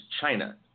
China